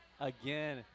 again